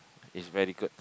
is very good